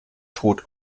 tot